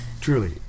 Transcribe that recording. Truly